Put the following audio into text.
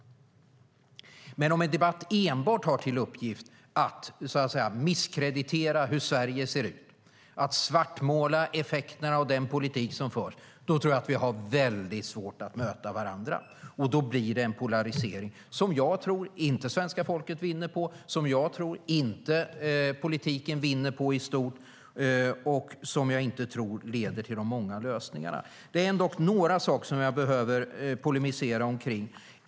Men om man för en debatt enbart i syfte att misskreditera hur Sverige ser ut och att svartmåla effekterna av den politik som förs tror jag att vi har väldigt svårt att möta varandra. Då blir det en polarisering som jag inte tror att svenska folket vinner på, som jag inte tror att politiken vinner på och som jag inte tror leder till de många lösningarna. Det är ändock några saker som jag behöver polemisera om.